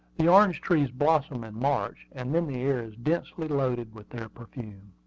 the orange-trees blossom in march and then the air is densely loaded with their perfume.